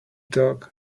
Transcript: dog